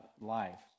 life